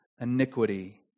iniquity